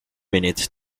minute